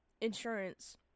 insurance